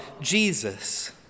Jesus